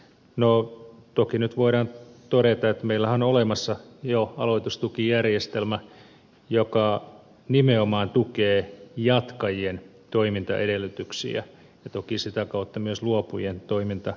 no toki nyt voidaan todeta että meillähän on olemassa jo aloitustukijärjestelmä joka nimenomaan tukee jatkajien toimintaedellytyksiä ja toki sitä kautta myös luopujien toimintaedellytyksiä